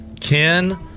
ken